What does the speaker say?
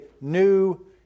new